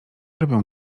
robią